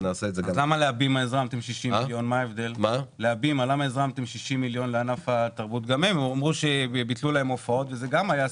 למה להבימה הזרמתם 60 מיליון על בסיס הצהרה שביטלו להם הופעות?